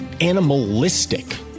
animalistic